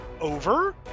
over